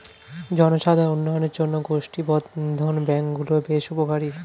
জনসাধারণের উন্নয়নের জন্য গোষ্ঠী বর্ধন ব্যাঙ্ক গুলো বেশ উপকারী